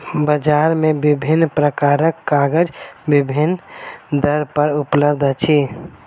बजार मे विभिन्न प्रकारक कागज विभिन्न दर पर उपलब्ध अछि